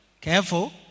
Careful